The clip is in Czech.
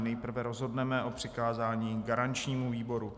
Nejprve rozhodneme o přikázání garančnímu výboru.